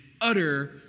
utter